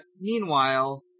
meanwhile